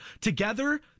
Together